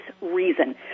reason